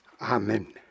Amen